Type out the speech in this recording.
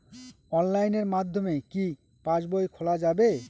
অনলাইনের মাধ্যমে কি পাসবই খোলা যাবে?